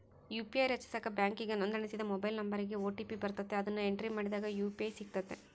UPI ರಚಿಸಾಕ ಬ್ಯಾಂಕಿಗೆ ನೋಂದಣಿಸಿದ ಮೊಬೈಲ್ ನಂಬರಿಗೆ ಓ.ಟಿ.ಪಿ ಬರ್ತತೆ, ಅದುನ್ನ ಎಂಟ್ರಿ ಮಾಡಿದಾಗ ಯು.ಪಿ.ಐ ಸಿಗ್ತತೆ